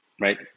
right